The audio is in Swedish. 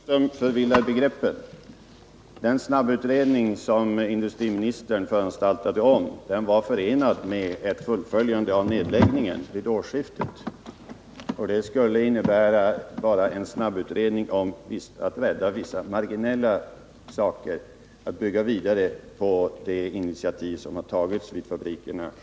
Herr talman! Rune Ångström förvillar begreppen. Den snabbutredning som industriministern föranstaltade om var förenad med ett fullföljande av nedläggningen vid årsskiftet. Den skulle innebära bara en snabbutredning i syfte att rädda vissa marginella delar, att bygga vidare på de initiativ som man själv hade tagit vid fabrikerna.